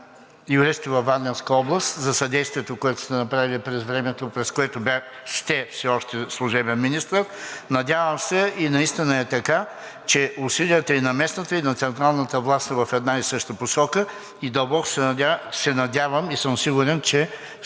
юристи във Варненска област, за съдействието, което сте направили през времето, през което сте все още служебен министър. Надявам се и наистина е така, че усилията и на местната, и на централната власт, са в една и съща посока. Дълбоко се надявам и съм сигурен, че